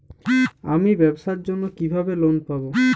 আমি ব্যবসার জন্য কিভাবে লোন পাব?